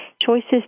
choices